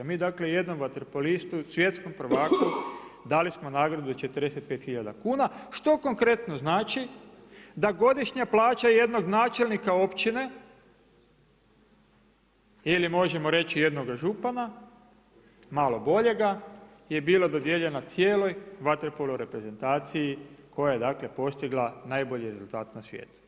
Mi dakle jednom vaterpolistu svjetskom prvaku dali smo nagradu 45 tisuća kuna, što konkretno znači da godišnja plaća jednog načelnika općine ili možemo reći jednoga župana malo boljega je bila dodijeljena cijeloj vaterpolo reprezentaciji koja je postigla najbolji rezultat na svijetu.